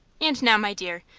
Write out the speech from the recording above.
and now, my dear,